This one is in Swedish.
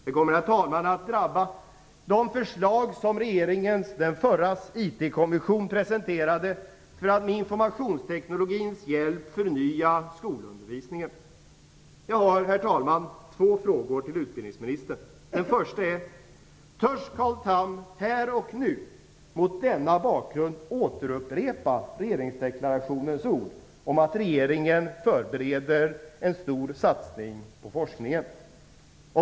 Det kommer, herr talman, att drabba de förslag som den förra regeringens IT kommission presenterade för att med informationsteknologins hjälp förnya skolundervisningen. Jag har, herr talman, två frågor till utbildningsministern. För det första: Törs Carl Tham här och nu mot denna bakgrund återupprepa regeringsdeklarationens ord om att regeringen förbereder en stor satsning på forskningen?